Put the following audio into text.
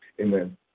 Amen